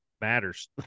matters